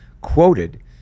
quoted